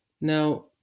Now